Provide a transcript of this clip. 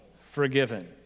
forgiven